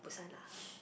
Busan lah